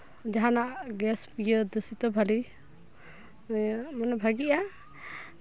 ᱡᱟᱦᱟᱱᱟᱜ ᱜᱮᱥ ᱫᱩᱥᱤᱛᱚ ᱵᱷᱟᱞᱮ ᱢᱟᱱᱮ ᱵᱷᱟᱜᱮᱜᱼᱟ